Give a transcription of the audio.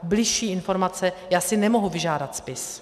Bližší informace, já si nemohu vyžádat spis.